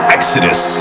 Exodus